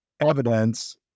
evidence